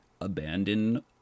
abandon